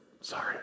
sorry